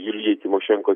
julijai tymošenko